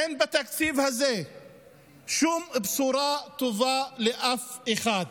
אין בתקציב הזה שום בשורה טובה לאף אחד.